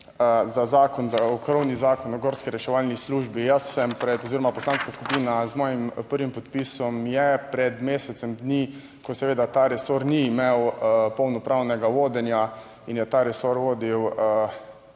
za zakon, za krovni Zakon o gorski reševalni službi. Jaz oziroma poslanska skupina z mojim prvim podpisom je pred mesecem dni, ko seveda ta resor ni imel polnopravnega vodenja in je ta resor vodil